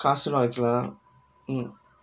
காசுலா வெக்கலா:kaasulaa vekkalaa